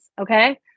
Okay